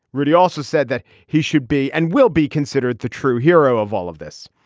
rudy also said that he should be and will be considered the true hero of all of this.